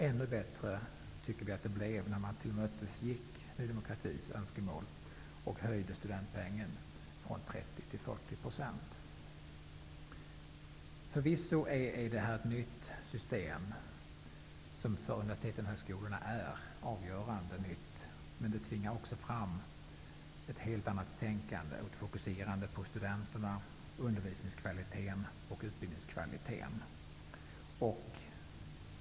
Ännu bättre blev det när man tillmötesgick Ny demokratis önskemål och höjde studentpengen från 30 till 40 %. Förvisso är detta ett system, som för universiteten och högskolorna är avgörande nytt, men det tvingar också fram ett helt annat tänkande och ett fokuserande på studenterna samt på undervisningsoch utbildningskvaliteten.